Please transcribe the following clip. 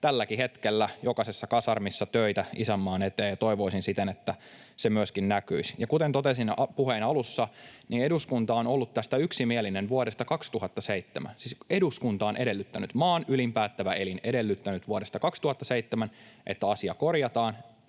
tälläkin hetkellä jokaisessa kasarmissa töitä isänmaan eteen, ja toivoisin siten, että se myöskin näkyisi. Kuten totesin puheeni alussa, niin eduskunta on ollut tästä yksimielinen vuodesta 2007. Siis eduskunta on edellyttänyt, maan ylin päättävä elin on edellyttänyt vuodesta 2007, että asia korjataan,